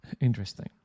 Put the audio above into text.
interesting